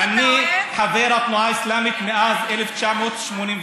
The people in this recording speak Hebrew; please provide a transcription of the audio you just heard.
אני חבר התנועה האסלאמית מאז 1981,